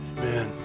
Amen